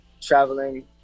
traveling